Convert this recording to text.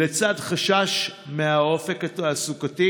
לצד חשש מהאופק התעסוקתי.